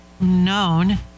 known